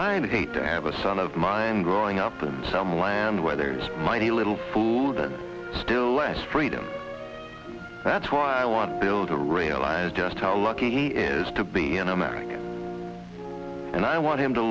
now hate to have a son of mine growing up and some land where there's mighty little food and still less freedom that's why i want to build a realize just how lucky he is to be an american and i want him to